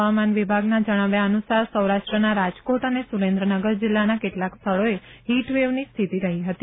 હવામાન વિભાગના જણાવ્યા અનુસાર સૌરાષ્ટ્રના રાજકોટ અને સુરેન્દ્રનગર જીલ્લાના કેટલાક સ્થળોએ હીટ વેવની સ્થિતિ રહી હતી